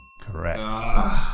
Correct